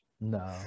No